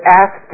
ask